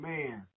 Man